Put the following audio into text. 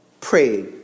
pray